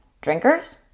Drinkers